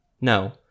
No